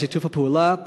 על שיתוף הפעולה,